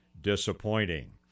disappointing